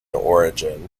origin